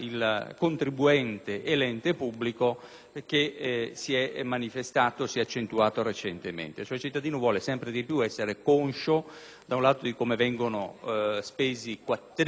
che si è manifestato ed accentuato recentemente. Il cittadino, cioè, vuole sempre più essere conscio, da un lato, di come vengono spesi i quattrini che paga in imposte e, dall'altro,